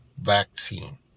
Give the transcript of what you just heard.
vaccine